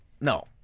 No